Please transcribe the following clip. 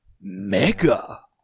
Mega